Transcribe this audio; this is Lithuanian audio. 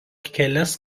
kelias